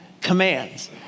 commands